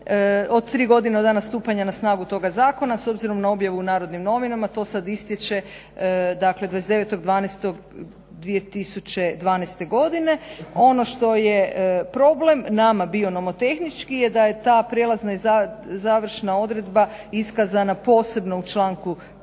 od tri godine od dana stupanja na snagu toga zakona s obzirom na objavu u Narodnim novinama. To sad istječe, dakle 29.12.2012. godine. Ono što je problem nama bio nomotehnički je da je ta prijelazna i završna odredba iskazana posebno u članku